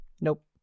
Nope